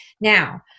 Now